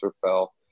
fell